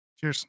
Cheers